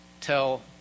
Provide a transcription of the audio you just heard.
tell